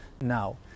Now